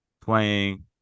playing